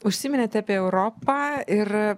užsiminėte apie europą ir